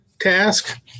task